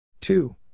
Two